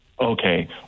Okay